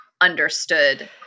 understood